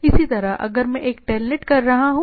इसी तरह अगर मैं एक Telnet कह रहा हूं